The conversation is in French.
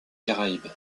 caraïbes